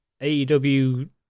AEW